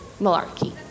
malarkey